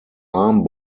arm